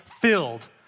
filled